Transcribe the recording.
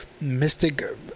mystic